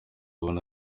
abona